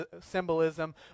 symbolism